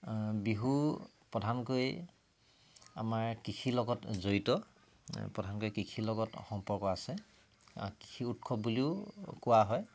বিহু প্ৰধানকৈ আমাৰ কৃষিৰ লগত জড়িত প্ৰধানকৈ কৃষিৰ লগত সম্পৰ্ক আছে কৃষি উৎসৱ বুলিও কোৱা হয়